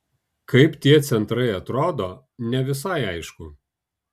kaip tie centrai atrodo ne visai aišku